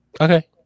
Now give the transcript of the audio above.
Okay